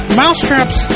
mousetraps